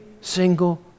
single